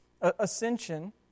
Ascension